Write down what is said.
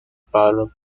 pablo